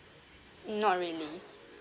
not really